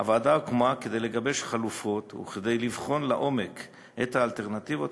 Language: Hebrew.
הוועדה הוקמה כדי לגבש חלופות וכדי לבחון לעומק את האלטרנטיבות